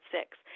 six